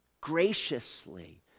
graciously